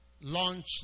launch